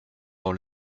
dans